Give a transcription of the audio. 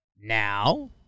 Now